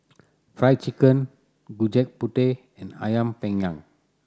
Fried Chicken Gudeg Putih and Ayam Panggang